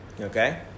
Okay